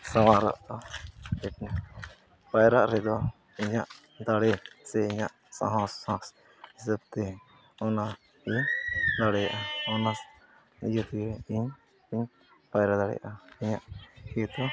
ᱥᱟᱶᱟᱨ ᱯᱟᱭᱨᱟᱜ ᱨᱮᱫᱚ ᱤᱧᱟᱹᱜ ᱫᱟᱲᱮ ᱥᱮ ᱤᱧᱟᱹᱜ ᱥᱟᱦᱚᱥ ᱦᱤᱥᱟᱹᱵᱽᱛᱮ ᱚᱱᱟᱜᱮ ᱫᱟᱲᱮᱭᱟᱜᱼᱟ ᱚᱱᱟ ᱤᱭᱟᱹ ᱛᱮᱜᱮ ᱤᱧ ᱯᱟᱭᱨᱟ ᱫᱟᱲᱮᱭᱟᱜᱼᱟ ᱤᱧᱟᱹᱜ ᱤᱭᱟᱹ ᱫᱚ